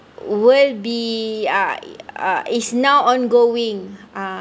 will be uh is now ongoing ah